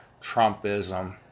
Trumpism